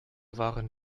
waren